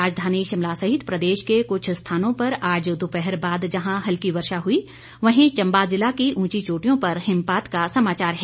राजधानी शिमला सहित प्रदेश के कुछ स्थानों पर आज दोपहर बाद जहां हल्की वर्षा हुई वहीं चंबा जिला की उंची चोटियों पर हिमपात का समाचार है